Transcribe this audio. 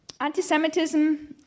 Anti-Semitism